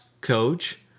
coach